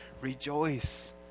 Rejoice